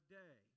day